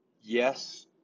yes